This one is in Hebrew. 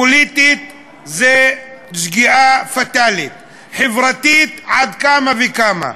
פוליטית זו שגיאה פטאלית, חברתית פי כמה וכמה.